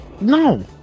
No